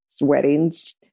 weddings